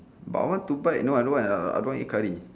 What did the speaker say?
but I want to buy no I don't want I don't want to eat curry